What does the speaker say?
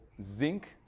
zinc